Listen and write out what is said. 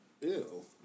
Ew